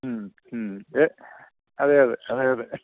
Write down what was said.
മ്മ് മ്മ് ഏ അതേ അതെ അതെ അതെ